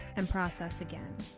and process again.